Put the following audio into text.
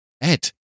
Ed